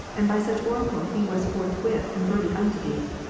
and by such oracle he was forthwith converted unto thee.